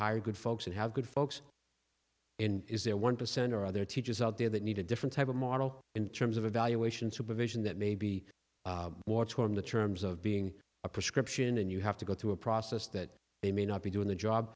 hire good folks and have good folks is there one percent or other teachers out there that need a different type of model in terms of evaluation supervision that may be more toward the terms of being a prescription and you have to go through a process that they may not be doing the job